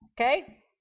okay